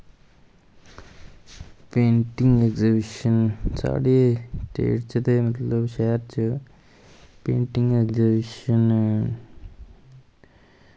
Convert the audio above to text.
painting exhibition साढ़ी state च ते मतलव शैह्र च पेंटिंग ऐगज़िविशन